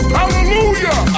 Hallelujah